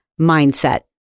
mindset